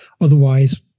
otherwise